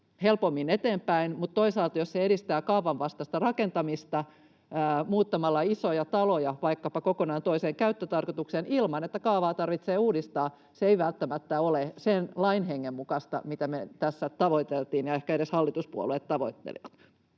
helpommin eteenpäin, mutta toisaalta jos se edistää kaupan vastaista rakentamista — muuttamalla isoja taloja vaikkapa kokonaan toiseen käyttötarkoitukseen ilman, että kaavaa tarvitsee uudistaa — se ei välttämättä ole sen lain hengen mukaista, mitä me tässä tavoiteltiin ja ehkä edes hallituspuolueet tavoittelivat.